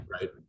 right